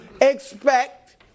expect